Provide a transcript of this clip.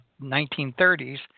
1930s